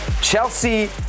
Chelsea